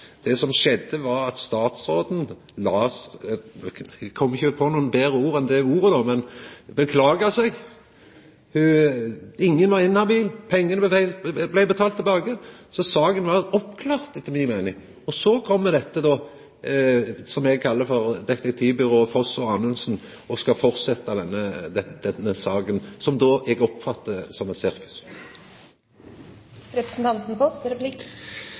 Det som skjedde, var at statsråden la seg – eg kjem ikkje på noko betre ord enn det ordet – beklaga seg. Ingen var inhabile, pengane blei betalte tilbake. Saka var oppklart etter mi meining. Så kjem dette som eg kallar for «Detektivbyrået Foss og Anundsen» og skal fortsetja denne saka, som eg då oppfattar som eit sirkus. Jeg merket meg også en annen argumentasjon, nemlig at saken ikke førte til at det